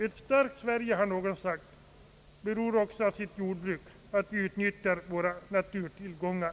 Ett starkt Sverige, har någon sagt, beror också av sitt jordbruk, av att vi utnyttjar våra naturtillgångar.